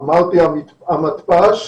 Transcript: אמרתי: המתפ"ש